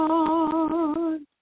Lord